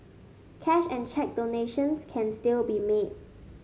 cash and cheque donations can still be made